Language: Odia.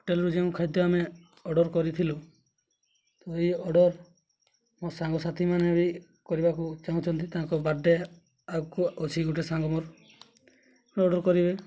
ହୋଟେଲ୍ରୁ ଯେଉଁ ଖାଦ୍ୟ ଆମେ ଅର୍ଡ଼ର୍ କରିଥିଲୁ ତ ଏଇ ଅର୍ଡ଼ର୍ ମୋ ସାଙ୍ଗସାଥିମାନେ ବି କରିବାକୁ ଚାହୁଁଛନ୍ତି ତାଙ୍କ ବାର୍ଥ ଡ଼େ ଆଗକୁ ଅଛି ଗୋଟେ ସାଙ୍ଗ ମୋର ଅର୍ଡ଼ର୍ କରିବେ